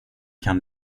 kan